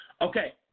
Okay